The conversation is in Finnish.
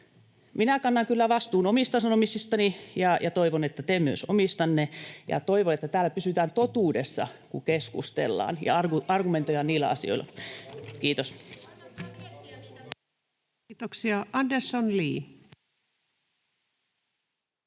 Minä kannan kyllä vastuun omista sanomisistani ja toivon, että myös te omistanne. Ja toivon, että täällä pysytään totuudessa, kun keskustellaan ja argumentoidaan [Krista Kiuru: Sitä minäkin olen